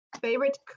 Favorite